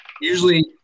usually